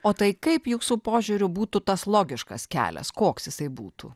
o tai kaip jūsų požiūriu būtų tas logiškas kelias koks jisai būtų